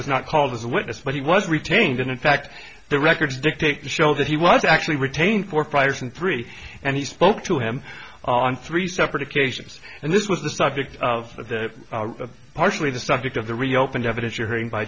was not called as a witness but he was retained and in fact the records dictate to show that he was actually retained for five years and three and he spoke to him on three separate occasions and this was the subject of the partially the subject of the reopened evidence you're hearing by